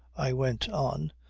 i went on.